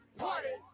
party